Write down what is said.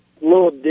little